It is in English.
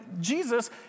Jesus